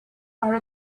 are